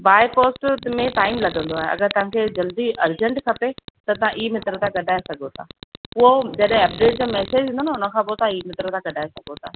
बाए post में time लॻंदो आहे अगरि तव्हां खे जल्दी अर्जंट खपे त तव्हां ई मित्र तां कढाए सघो था उहो जॾहिं अपडेट जो मेसेज ईंदो न उन खां पोइ तव्हां ई मित्र तां कढाए सघो था